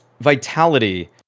Vitality